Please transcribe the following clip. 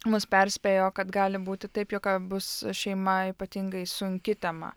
mus perspėjo kad gali būti taip jog bus šeima ypatingai sunki tema